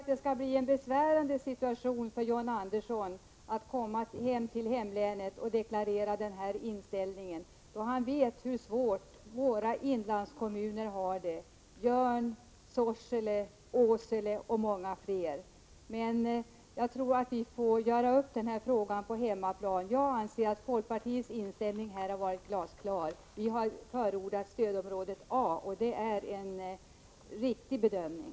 Herr talman! Nej, det erkänner jag verkligen inte, John Andersson. Jag tycker det skall bli en besvärande situation för John Andersson att komma hem och deklarera den här inställningen, då han vet hur svårt våra inlandskommuner har det: Jörn, Sorsele, Åsele och många fler. Men jag tror att vi får göra upp denna fråga på hemmaplan. Jag anser att folkpartiets inställning här har varit glasklar. Vi har förordat stödområde A, och det är en riktig bedömning.